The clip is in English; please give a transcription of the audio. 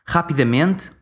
Rapidamente